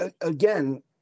again